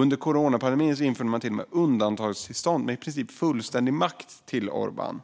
Under coronapandemin har man till och med infört undantagstillstånd med i princip fullständig makt till Orbán.